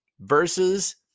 Versus